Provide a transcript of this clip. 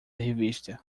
revista